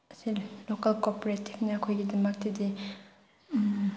ꯑꯁꯦ ꯂꯣꯀꯜ ꯀꯣꯑꯣꯄꯔꯦꯇꯤꯐꯅ ꯑꯩꯈꯣꯏꯒꯤꯗꯃꯛꯇꯗꯤ